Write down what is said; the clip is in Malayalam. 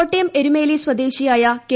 കോട്ടയം എരുമേലി സ്വദേശിയായ കെ